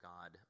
God